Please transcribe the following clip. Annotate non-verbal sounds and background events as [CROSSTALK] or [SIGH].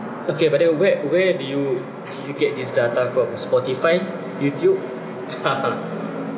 okay but then where where did you did you get this data from Spotify Youtube [LAUGHS]